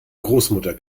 großmutter